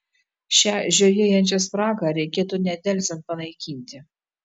šią žiojėjančią spragą reikėtų nedelsiant panaikinti